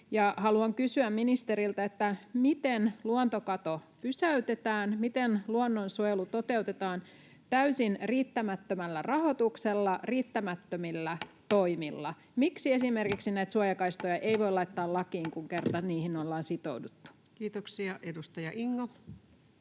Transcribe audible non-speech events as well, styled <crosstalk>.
Haluan kysyä ministeriltä, miten luontokato pysäytetään, miten luonnonsuojelu toteutetaan täysin riittämättömällä rahoituksella, riittämättömillä <noise> toimilla. Miksi esimerkiksi näitä suojakaistoja <noise> ei voi laittaa lakiin, kun kerta niihin ollaan sitouduttu? [Speech 250]